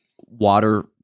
water